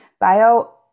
bio